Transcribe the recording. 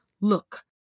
Look